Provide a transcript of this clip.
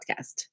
podcast